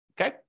okay